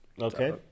Okay